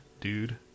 dude